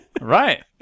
right